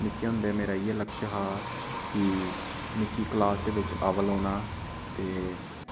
निक्के होंदे मेरा इ'यो लक्ष्य हा कि मिगी क्लास दे बिच्च अवल औना ते